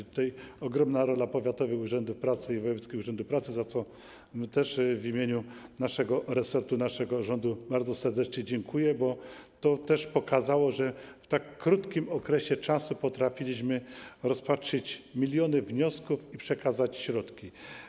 Tutaj była ogromna rola powiatowych urzędów pracy i wojewódzkich urzędów pracy, za co też w imieniu naszego resortu i naszego rządu bardzo serdecznie dziękuję, bo to też pokazało, że w tak krótkim czasie potrafiliśmy rozpatrzyć miliony wniosków i przekazać środki.